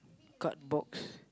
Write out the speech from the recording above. card box